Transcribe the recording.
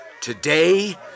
Today